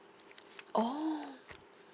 oh